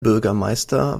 bürgermeister